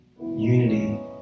Unity